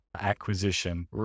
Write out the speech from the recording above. acquisition